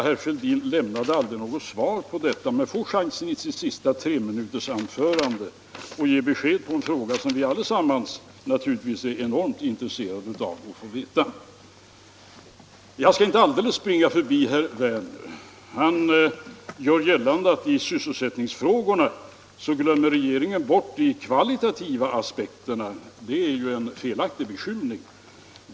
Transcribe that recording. Herr Fälldin lämnade aldrig något svar på denna fråga, men han får chansen att i sitt sista treminutersanförande ge besked i en fråga som vi allesammans naturligtvis är intresserade av svaret på. Jag skall inte alldeles springa förbi herr Werner i Tyresö. Han gör gällande att regeringen i sysselsättningsfrågorna glömmer bort de kvalitativa aspekterna. Det är en felaktig beskyllning.